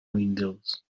windows